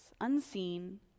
unseen